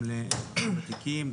גם לוותיקים,